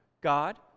God